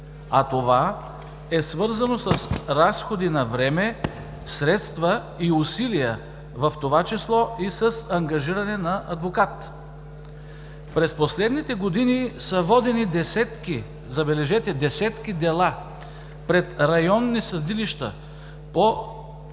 а това е свързано с разходи на време, средства и усилия, в това число и с ангажиране на адвокат. През последните години са водени десетки, забележете, десетки дела пред районни съдилища по искане